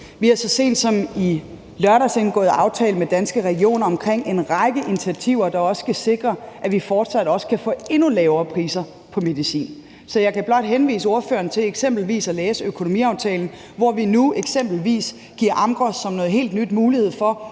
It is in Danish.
Vi har så sent som i lørdags indgået aftale med Danske Regioner omkring en række initiativer, der også skal sikre, at vi fortsat også kan få endnu lavere priser på medicin. Så jeg kan blot henvise ordføreren til eksempelvis at læse økonomiaftalen, hvor vi nu eksempelvis giver Amgros mulighed for